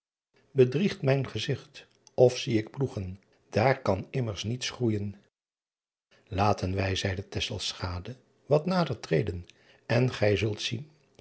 edriegt mij mijn gezigt of zie ik ploegen aar kan immers niets groeijen aten wij zeide wat nader treden en gij zult zien